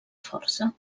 força